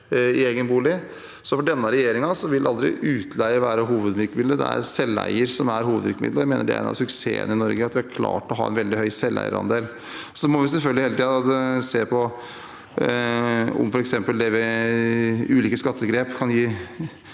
i egen bolig. For denne regjeringen vil aldri utleie være hovedvirkemiddelet. Det er selveier som er hovedvirkemiddelet, og jeg mener det er en suksess i Norge at vi har klart å ha en veldig høy selveierandel. Selvfølgelig må vi hele tiden se på f.eks. hvilke utslag ulike skattegrep kan gi,